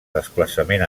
desplaçament